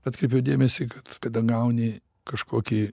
atkreipiu dėmesį kad tada gauni kažkokį